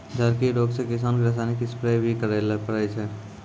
झड़की रोग से किसान रासायनिक स्प्रेय भी करै ले पड़ै छै